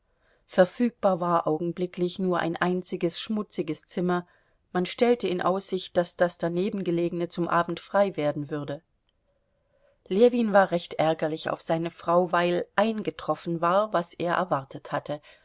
verfügbar war augenblicklich nur ein einziges schmutziges zimmer man stellte in aussicht daß das daneben gelegene zum abend frei werden würde ljewin war recht ärgerlich auf seine frau weil eingetroffen war was er erwartet hatte